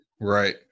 Right